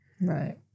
Right